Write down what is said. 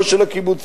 לא של הקיבוצים,